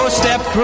step